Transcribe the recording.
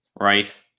Right